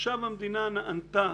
ועכשיו המדינה נענתה